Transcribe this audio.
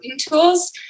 tools